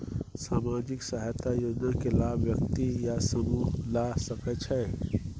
सामाजिक सहायता योजना के लाभ व्यक्ति या समूह ला सकै छै?